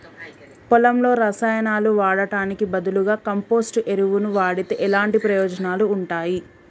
పొలంలో రసాయనాలు వాడటానికి బదులుగా కంపోస్ట్ ఎరువును వాడితే ఎలాంటి ప్రయోజనాలు ఉంటాయి?